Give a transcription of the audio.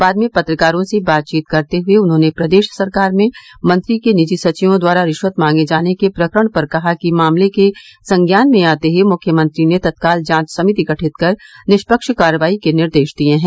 बाद में पत्रकारों से बातचीत करते हुए उन्होंने प्रदेश सरकार में मंत्री के निजी सचिवों द्वारा रिश्वत मांगे जाने के प्रकरण पर कहा कि मामले के संज्ञान में आते ही मुख्यमंत्री ने तत्काल जांच समिति गठित कर निष्पक्ष कार्रवाई के निर्देश दिये हैं